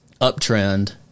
uptrend